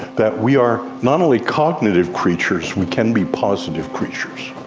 that we are not only cognitive creatures, we can be positive creatures.